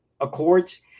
Accords